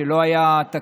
שבהן לא היה תקציב,